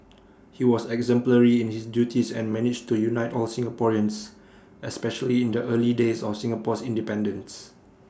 he was exemplary in his duties and managed to unite all Singaporeans especially in the early days of Singapore's independence